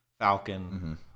falcon